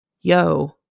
Yo